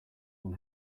will